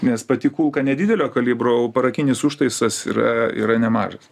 nes pati kulka nedidelio kalibro o parakinis užtaisas yra yra nemažas